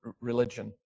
religion